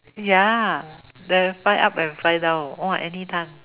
ya the fly up and fly down !woah! anytime